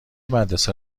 مدرسه